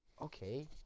Okay